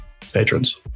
patrons